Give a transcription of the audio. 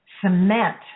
cement